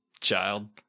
Child